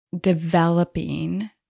developing